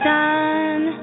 done